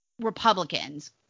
Republicans